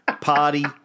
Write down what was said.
Party